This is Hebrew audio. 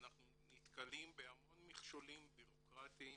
אנחנו נתקלים בהמון מכשולים בירוקראטיים,